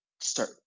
start